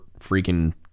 freaking